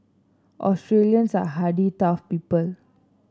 Australians are hardy tough people